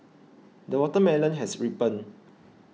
the watermelon has ripened